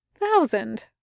Thousand